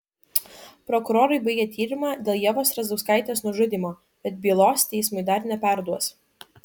prokurorai baigė tyrimą dėl ievos strazdauskaitės nužudymo bet bylos teismui dar neperduos